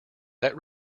that